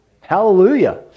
Hallelujah